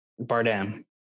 Bardem